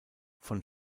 von